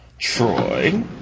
Troy